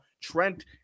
Trent